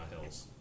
hills